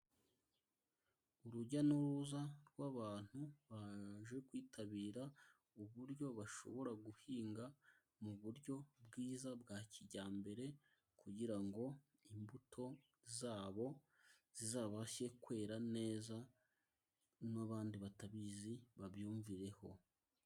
Urujya n'uruza rw'abantu baje kwitabira uburyo bashobora guhinga, mu buryo bwiza bwa kijyambere, kugira ngo imbuto zabo zizabashe kwera neza, n'abandi batabizi babyumvireho.